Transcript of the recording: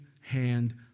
hand